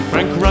Frank